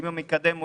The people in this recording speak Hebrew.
עם מקדם 0,3,